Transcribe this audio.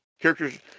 characters